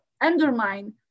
undermine